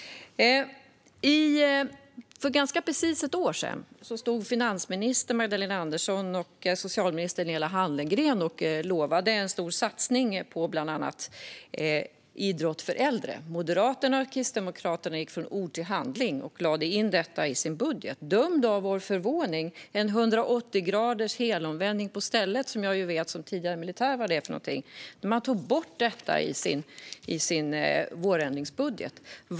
För ganska precis ett år sedan lovade finansminister Magdalena Andersson och socialminister Lena Hallengren en stor satsning på bland annat idrott för äldre. Moderaterna och Kristdemokraterna gick från ord till handling och lade in detta i sin budget. Döm då om vår förvåning när det gjordes en 180 graders helomvändning på stället - som tidigare militär vet jag vad det är för någonting - och man tog bort detta i sin vårändringsbudget.